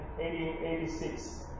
1886